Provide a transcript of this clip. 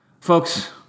Folks